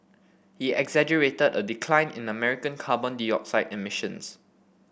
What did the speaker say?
he exaggerated a decline in American carbon dioxide emissions